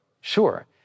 Sure